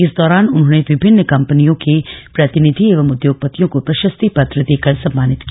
इस दौरान उन्होंने विभिन्न कम्पनियों के प्रतिनिधि एवं उद्योगपतियों को प्रशस्ति पत्र देकर सम्मानित किया